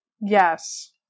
yes